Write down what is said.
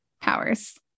powers